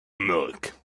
milk